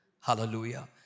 Hallelujah